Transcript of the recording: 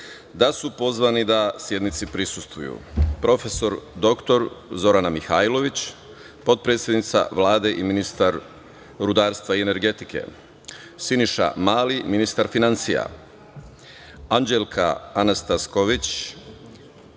da su pozvani da sednici prisustvuju prof. dr Zorana Mihajlović, potpredsednica Vlade i ministar rudarstva i energetike, Siniša Mali, ministar finansija, Anđelka Atanasković,